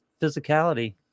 physicality